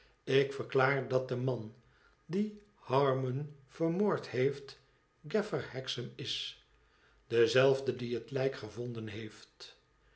ik verklaar dat de man die harmon vermoord heeft gaffer hexam is dezelfde die het lijk gevonden heeft